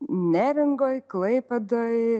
neringoj klaipėdoj